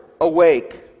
awake